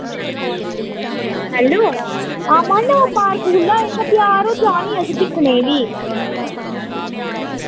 hello हां महा नोवा पार्क खु'ल्ला इक बजार ओह् जानी असी दिक्खने फ्ही